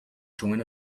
join